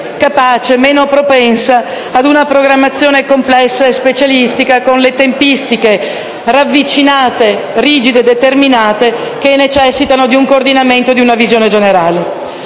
capace, meno propensa ad una programmazione complessa e specialistica, con le tempistiche ravvicinate, rigide e determinate che necessitano di un coordinamento e di una visione generale.